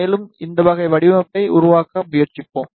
மேலும் இந்த வகை வடிவமைப்பை உருவாக்க முயற்சிப்போம்